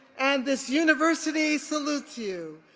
and this university salutes you.